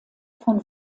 von